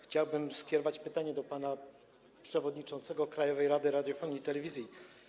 Chciałbym skierować pytanie do pana przewodniczącego Krajowej Rady Radiofonii i Telewizji.